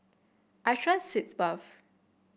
I trust Sitz Bath